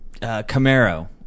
Camaro